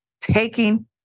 taking